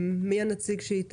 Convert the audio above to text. שרון מאיר,